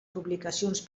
publicacions